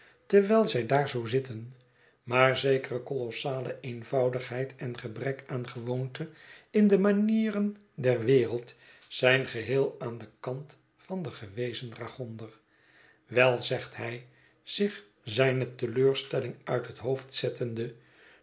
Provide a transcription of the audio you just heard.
terwijl zij daar zoo zitten maar zekere kolossale eenvoudigheid en gebrek aan gewoonte in de manieren der wereld zijn geheel aan den kant van den gewezen dragonder wel zegt hij zich zijne teleurstelling uit het hoofd zettende